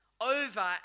over